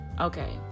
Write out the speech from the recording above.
okay